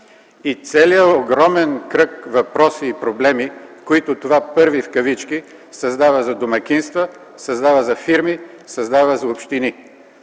и целия огромен кръг въпроси и проблеми, които това „първи” създава за домакинства, създава за фирми, създава за общини.